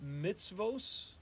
mitzvos